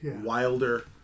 wilder